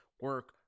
Work